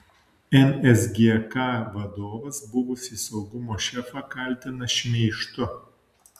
nsgk vadovas buvusį saugumo šefą kaltina šmeižtu